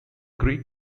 great